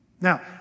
Now